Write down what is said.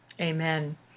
Amen